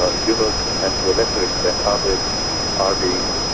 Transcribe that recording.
ah yunus and to a lesser extent ah abed are being